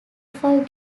five